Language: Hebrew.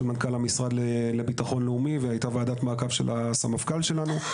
מנכ"ל לביטחון לאומי; וגם הייתה ועדת מעקב של הסמפכ"ל שלנו,